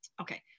Okay